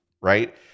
right